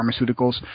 pharmaceuticals